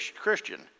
Christian